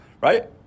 Right